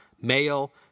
male